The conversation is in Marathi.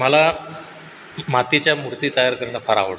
मला मातीच्या मूर्ती तयार करणं फार आवडतं